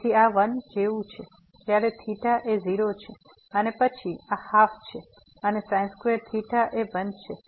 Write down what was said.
તેથી આ 1 જેવું છે જ્યારે એ 0 છે અને પછી આ 12 છે અને ⁡એ 1 છે